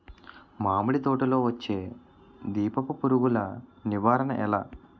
మామిడి తోటలో వచ్చే దీపపు పురుగుల నివారణ ఎలా?